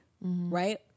Right